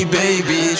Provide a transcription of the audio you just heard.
baby